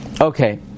Okay